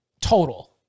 Total